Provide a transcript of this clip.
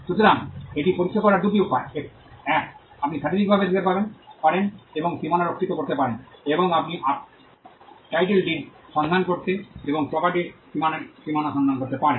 সুতরাং এটি পরীক্ষা করার দুটি উপায় এক আপনি শারীরিকভাবে দেখতে পারেন এবং সীমানা পরীক্ষা করতে পারেন বা আপনি টাইটেল ডিড সন্ধান করতে এবং প্রপার্টির সীমানা সন্ধান করতে পারেন